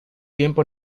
tiempo